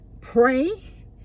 pray